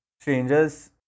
Strangers